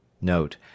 Note